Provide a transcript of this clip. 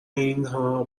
اینها